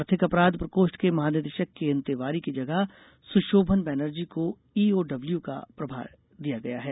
आर्थिक अपराध प्रकोष्ठ के महानिदेशक केएन तिवारी की जगह सुशोमन बैनर्जी को ई ओ डब्लू का प्रभार दिया गया है